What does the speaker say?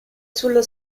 sullo